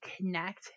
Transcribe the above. connect